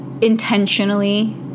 intentionally